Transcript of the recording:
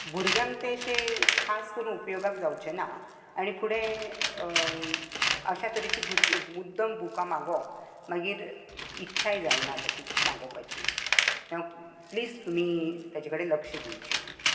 भुरग्यांक तशें खास करून उपयोगाक जावचें ना आनी फुडें अश्या तरेची मुद्दम बुकां मागोवप मागीर इच्छाय जायना तशी मागोवपाची प्लिज तुमी ताजे कडेन लक्ष्य दिवचें